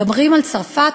מדברים על צרפת,